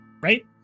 Right